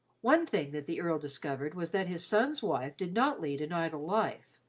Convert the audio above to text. one thing that the earl discovered was that his son's wife did not lead an idle life.